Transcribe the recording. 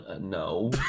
no